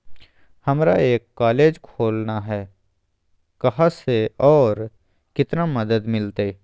हमरा एक कॉलेज खोलना है, कहा से और कितना मदद मिलतैय?